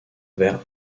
vers